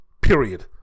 Period